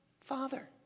Father